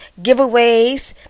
Giveaways